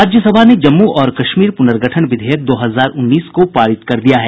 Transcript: राज्यसभा ने जम्मू और कश्मीर पुनर्गठन विधेयक दो हजार उन्नीस को पारित कर दिया है